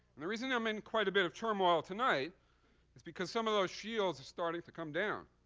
and the reason i'm in quite a bit of turmoil tonight is because some of those shields are starting to come down.